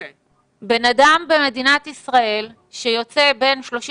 בן אדם במדינת ישראל שיוצא בין 35